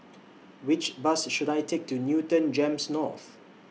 Which Bus should I Take to Newton Gems North